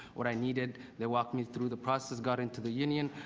what i needed. they walked me through the process. got into the union.